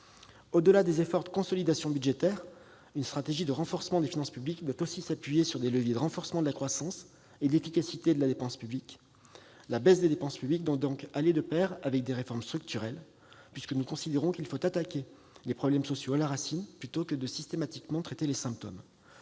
Au-delà des efforts de consolidation budgétaire, une stratégie de renforcement des finances publiques doit aussi s'appuyer sur des leviers de renforcement de la croissance et de l'efficacité de l'action publique. La baisse des dépenses publiques doit donc aller de pair avec des réformes structurelles. Il faut attaquer les problèmes sociaux à la racine, plutôt que de traiter systématiquement leurs symptômes.